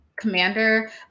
commander